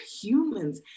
humans